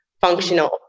functional